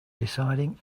deciding